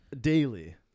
Daily